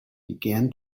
began